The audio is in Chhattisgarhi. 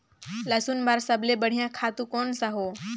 लसुन बार सबले बढ़िया खातु कोन सा हो?